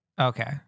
Okay